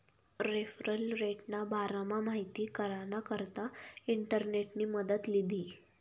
referral रेटना बारामा माहिती कराना करता इंटरनेटनी मदत लीधी